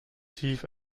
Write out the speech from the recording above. tief